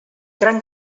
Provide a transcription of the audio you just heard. gran